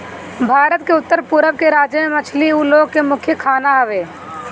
भारत के उत्तर पूरब के राज्य में मछली उ लोग के मुख्य खाना हवे